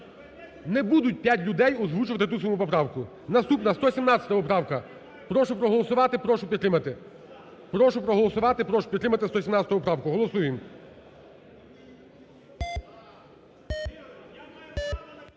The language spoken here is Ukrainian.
не будуть п'ять людей озвучувати ту саму поправку. Наступна 117 поправка, прошу проголосувати, прошу підтримати. Прошу проголосувати, прошу підтримати 117 поправку. Голосуємо.